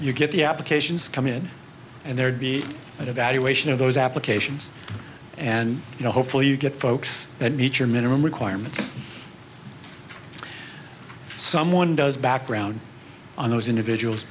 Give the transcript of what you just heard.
you get the applications come in and there'd be an evaluation of those applications and you know hopefully you get folks that nature minimum requirements someone does background on those individuals